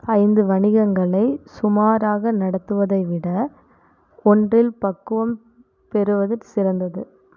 ஐந்து வணிகங்களை சுமாராக நடத்துவதைவிட ஒன்றில் பக்குவம் பெறுவது சிறந்தது